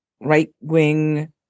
right-wing